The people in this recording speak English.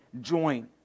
join